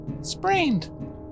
sprained